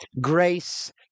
grace